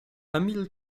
emil